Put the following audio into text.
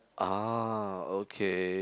ah okay